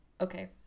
Okay